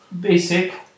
basic